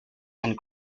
and